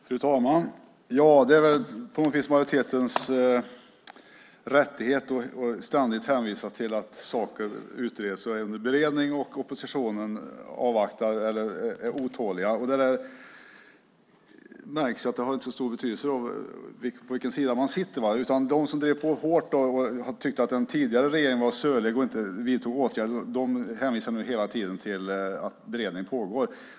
Fru talman! Det är väl på något vis majoritetens rättighet att ständigt hänvisa till att saker utreds och är under beredning, och oppositionen är otålig. Det märks att det inte har så stor betydelse på vilken sida man sitter. De som drev på hårt och tyckte att den tidigare regeringen var sölig och inte vidtog åtgärder hänvisar nu hela tiden till att beredning pågår.